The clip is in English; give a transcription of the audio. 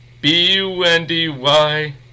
B-U-N-D-Y